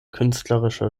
künstlerische